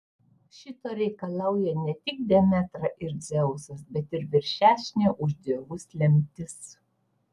šito reikalauja ne tik demetra ir dzeusas bet ir viršesnė už dievus lemtis